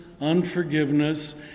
unforgiveness